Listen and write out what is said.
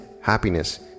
happiness